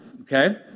Okay